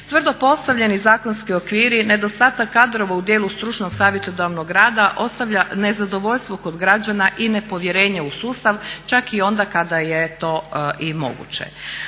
Tvrdo postavljeni zakonski okviri, nedostatak kadrova u djelu stručnog savjetodavnog rada ostavlja nezadovoljstvo kod građana i nepovjerenje u sustav čak i onda kada je to i moguće.